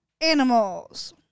animals